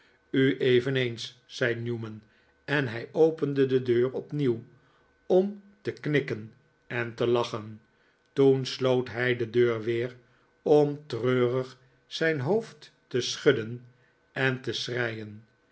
u eveneens zei newman en hij opende de deur opnieuw om te knikken en te lachen toen sloot hij de deur weer om treurig zijn hoofd te schudden en te schreien